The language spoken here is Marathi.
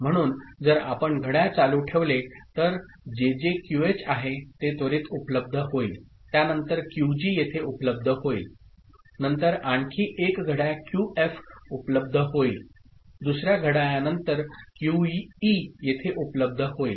म्हणून जर आपण घड्याळ चालू ठेवले तर जे जे QH आहे ते त्वरित उपलब्ध होईल त्यानंतर क्यूजी येथे उपलब्ध होईल नंतर आणखी एक घड्याळ क्यूएफ उपलब्ध होईल दुसर्या घड्याळा नंतर क्यूई येथे उपलब्ध होईल